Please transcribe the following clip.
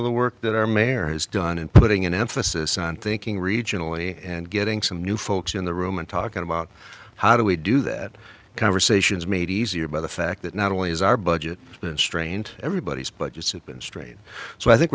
of the work that our mayor has done in putting an emphasis on thinking regionally and getting some new folks in the room and talking about how do we do that conversations made easier by the fact that not only is our budget been strained everybody's budgets and been straight so i think